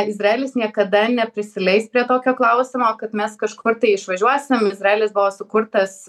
izraelis niekada neprisileis prie tokio klausimo kad mes kažkur tai išvažiuosim izraelis buvo sukurtas